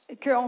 que